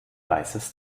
weißes